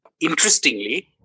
Interestingly